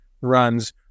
runs